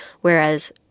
Whereas